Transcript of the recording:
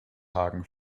hagen